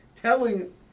telling